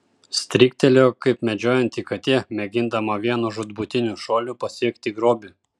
stryktelėjo kaip medžiojanti katė mėgindama vienu žūtbūtiniu šuoliu pasiekti grobį